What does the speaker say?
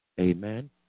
Amen